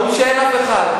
אומרים שאין אף אחד.